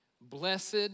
Blessed